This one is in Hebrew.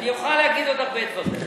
אני אוכל להגיד עוד הרבה דברים.